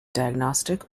diagnostic